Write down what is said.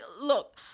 look